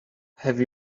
have